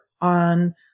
on